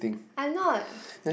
I'm not